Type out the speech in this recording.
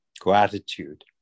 gratitude